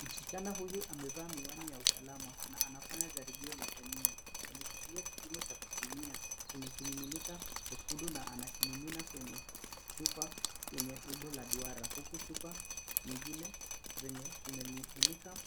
Msichana huyu amevaa miwani ya usalama na anafanya jaribio la kemia. Ameshikilia kipimo cha kupimia chenye kimiminika chekundu na anakimimina kwenye chupa yenye umbo la duara, huku chupa nyingine zenye vimiminika